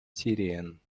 syrien